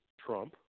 Trump